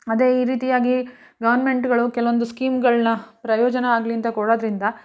ಅದೇ ಈ ರೀತಿಯಾಗಿ ಗೌರ್ಮೆಂಟುಗಳು ಕೆಲವೊಂದು ಸ್ಕೀಮುಗಳ್ನ ಪ್ರಯೋಜನ ಆಗಲಿ ಅಂತ ಕೊಡೋದರಿಂದ